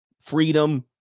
Freedom